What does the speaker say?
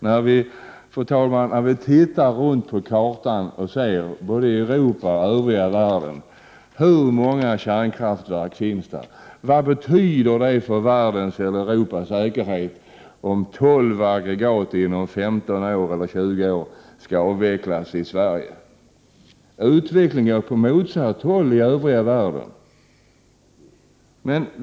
När vi, fru talman, tittar runt på kartan och ser både i Europa och i övriga världen hur många kärnkraftverk som där finns, måste vi fråga: Vad betyder det för världens eller Europas säkerhet om 12 aggregat inom 15 eller 20 år skall avvecklas i Sverige? Utvecklingen går åt motsatt håll i övriga världen.